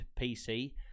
PC